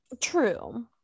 True